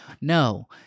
No